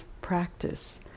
practice